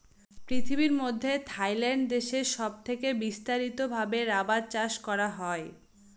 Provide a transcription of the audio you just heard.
পৃথিবীর মধ্যে থাইল্যান্ড দেশে সব থেকে বিস্তারিত ভাবে রাবার চাষ করা হয়